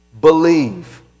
Believe